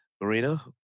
Marina